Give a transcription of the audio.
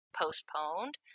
postponed